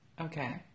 Okay